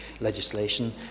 legislation